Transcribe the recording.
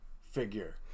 figure